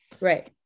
Right